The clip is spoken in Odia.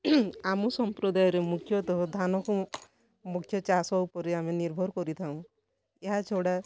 ଆମ ସମ୍ପ୍ରଦାୟରେ ମୁଖ୍ୟତଃ ଧାନକୁ ମୁ ମୁଖ୍ୟ ଚାଷ ଉପରେ ଆମେ ନିର୍ଭର କରିଥାଉ ଏହାଛଡା